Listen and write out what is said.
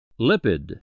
Lipid